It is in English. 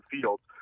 Fields